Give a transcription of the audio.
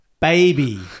baby